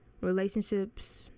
relationships